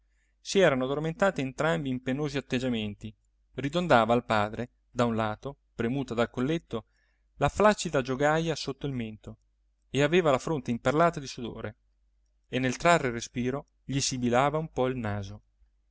si erano addormentati entrambi in penosi atteggiamenti ridondava al padre da un lato premuta dal colletto la flaccida giogaja sotto il mento e aveva la fronte imperlata di sudore e nel trarre il respiro gli sibilava un po il naso